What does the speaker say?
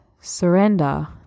surrender